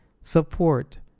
support